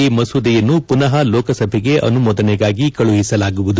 ಈ ಮಸೂದೆಯನ್ನು ಪುನಹ ಲೋಕಸಭೆಗೆ ಅನುಮೋದನೆಗಾಗಿ ಕಳುಹಿಸಲಾಗುವುದು